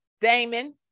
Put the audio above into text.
Damon